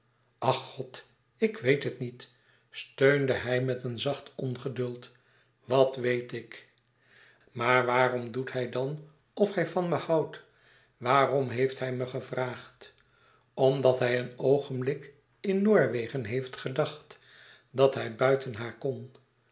ach god ik weet het niet steunde hij met een zacht ongeduld wat weet ik maar waarom doet hij dan of hij van mij houdt waarom heeft hij me gevraagd omdat hij een oogenblik in noorwegen heeft gedacht dat hij buiten haar kon